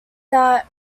that